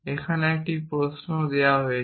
এখানে একটি প্রশ্ন চিহ্ন দেওয়া হয়েছে